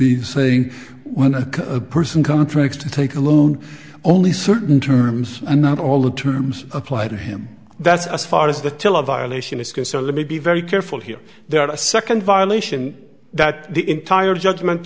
be saying when a person contracts to take a loan only certain terms and not all the terms apply to him that's as far as the tale of violation is concerned let me be very careful here there are a second violation that the entire judgment